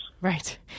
Right